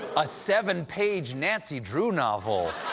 a seven-page nancy drew novel!